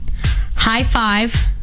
high-five